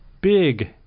big